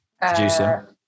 Producer